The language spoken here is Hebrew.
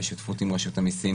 בשותפות עם רשות המיסים,